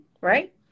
right